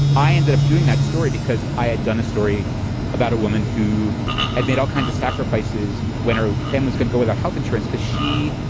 i ended up doing that story because i had done a story about a woman who had made all kinds of sacrifices. when her family's gonna go without health insurance, could she,